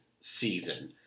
season